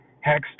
Hex